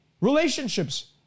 relationships